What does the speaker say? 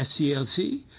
SCLC